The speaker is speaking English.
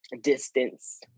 distance